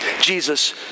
Jesus